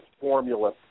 formula